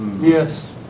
Yes